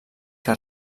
que